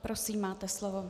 Prosím, máte slovo.